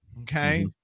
Okay